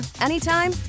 anytime